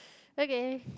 ok